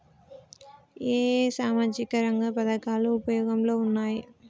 ఏ ఏ సామాజిక రంగ పథకాలు ఉపయోగంలో ఉన్నాయి?